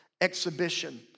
exhibition